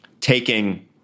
taking